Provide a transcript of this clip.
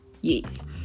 yes